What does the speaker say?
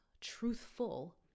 truthful